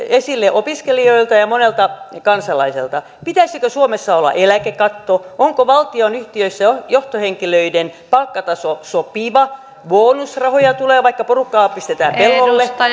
esille opiskelijoilta ja ja monelta kansalaiselta pitäisikö suomessa olla eläkekatto onko valtionyhtiöissä johtohenkilöiden palkkataso sopiva bonusrahaa tulee vaikka porukkaa pistetään pellolle